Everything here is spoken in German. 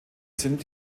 sind